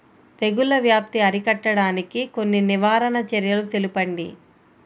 తెగుళ్ల వ్యాప్తి అరికట్టడానికి కొన్ని నివారణ చర్యలు తెలుపండి?